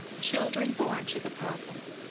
children born to the purple.